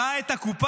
ראה את הקופה,